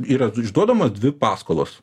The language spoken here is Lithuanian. yra išduodamos dvi paskolos